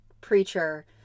preacher